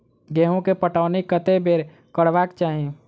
गेंहूँ केँ पटौनी कत्ते बेर करबाक चाहि?